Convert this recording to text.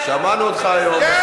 חבר הכנסת חזן, שמענו אותך היום.